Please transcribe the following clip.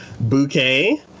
Bouquet